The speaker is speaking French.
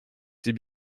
c’est